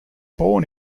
born